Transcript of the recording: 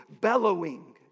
bellowing